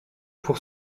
pour